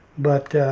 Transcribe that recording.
but